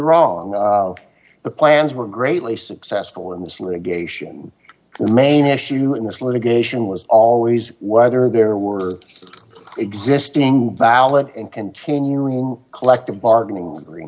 wrong the plans were greatly successful in this litigation the main issue in this litigation was always whether there were existing valid and continuing collective bargaining